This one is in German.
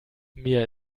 mir